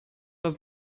does